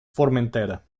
formentera